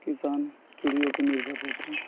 किसान चिड़ियों पर निर्भर रहते हैं